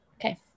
Okay